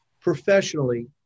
professionally